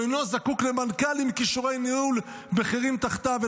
והוא אינו זקוק למנכ"ל עם כישורי ניהול בכירים תחתיו,